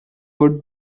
would